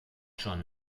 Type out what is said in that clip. schon